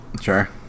Sure